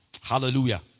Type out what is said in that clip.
Hallelujah